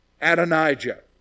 Adonijah